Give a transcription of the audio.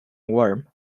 warm